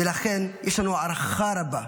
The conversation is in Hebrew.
ולכן, יש לנו הערכה רבה,